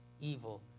evil